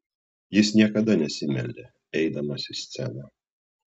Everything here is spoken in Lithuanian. jis niekada nesimeldė eidamas į sceną